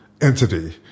entity